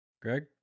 Greg